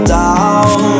down